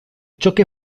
choque